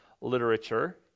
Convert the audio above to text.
literature